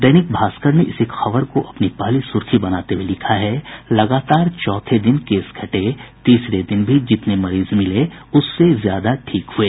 दैनिक भास्कर ने इसी खबर को अपनी पहली सुर्खी बनाते हुये लिखा है लगातार चौथे दिन केस घटे तीसरे दिन भी जितने मरीज मिले उससे ज्यादा ठीक हुए